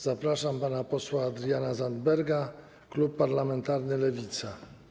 Zapraszam pana posła Adriana Zandberga, klub parlamentarny Lewica.